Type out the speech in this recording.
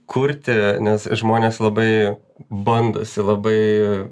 kurti nes žmonės labai bandosi labai